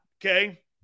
Okay